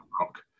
rock